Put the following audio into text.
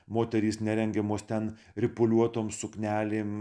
moterys nerengiamos ten ripuliuotom suknelėm